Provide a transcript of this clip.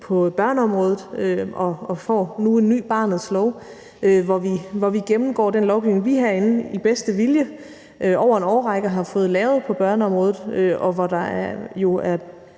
på børneområdet og får nu en ny barnets lov, hvor vi gennemgår den lovgivning, vi herinde i bedste vilje over en årrække har fået lavet på børneområdet, og hvor der er